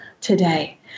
today